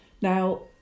Now